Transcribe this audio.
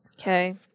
Okay